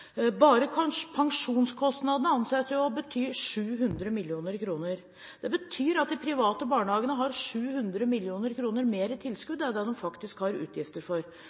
Bare pensjonskostnadene anses jo å bety 700 mill. kr. Det betyr at de private barnehagene får 700 mill. kr mer i tilskudd enn det de faktisk har utgifter